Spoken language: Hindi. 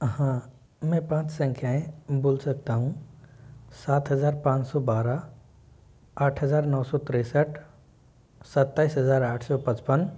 हाँ मैं पाँच संख्याएँ बोल सकता हूँ सात हज़ार पाँच सौ बारह आठ हज़ार नौ सौ तिरसठ सताईस हज़ार आठ सौ पचपन